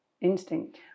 instinct